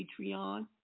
Patreon